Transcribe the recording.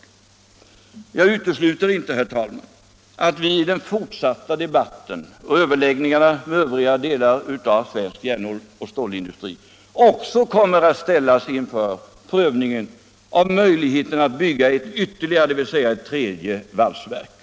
Jag utesluter inte, herr talman, att vi i den fortsatta debatten och överläggningarna med övriga delar av svensk järnoch stålindustri också kommer att ställas inför en prövning av möjligheten att bygga ett ytterligare — dvs. ett tredje — valsverk.